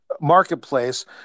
marketplace